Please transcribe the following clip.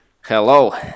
hello